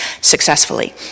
successfully